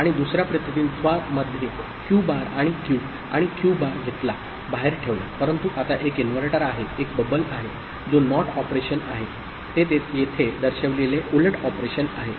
आणि दुसर्या प्रतिनिधित्वामध्ये Q बार Q आणि Q बार घेतला बाहेर ठेवला परंतु आता एक इनव्हर्टर आहे एक बबल आहे जो NOT ऑपरेशन आहे ते येथे दर्शविलेले उलट ऑपरेशन आहे